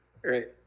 Great